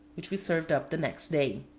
which we served up the next day.